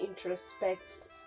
introspect